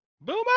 Boomer